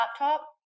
laptop